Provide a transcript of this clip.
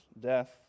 death